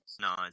No